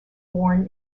born